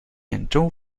兖州